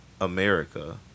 america